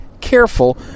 careful